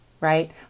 right